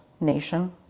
nation